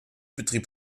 betrieb